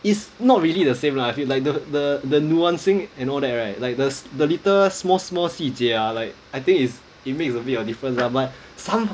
it's not really the same lah I feel like the the nuance and all that right like the the little small small 细节 ah like I think is it makes a bit of difference lah but